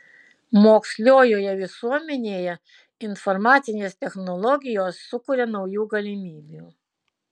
moksliojoje visuomenėje informacinės technologijos sukuria naujų galimybių